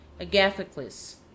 Agathocles